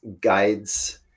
guides